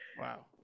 Wow